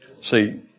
See